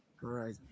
right